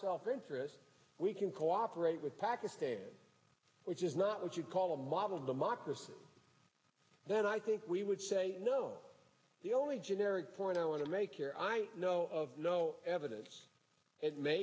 self interest we can cooperate with pakistan which is not what you call a model democracy then i think we would say no the only generic point i want to make here i know of no evidence it ma